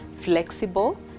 flexible